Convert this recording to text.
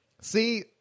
See